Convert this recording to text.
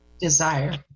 desire